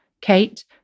Kate